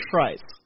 Price